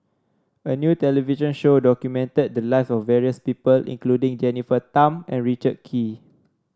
a new television show documented the lives of various people including Jennifer Tham and Richard Kee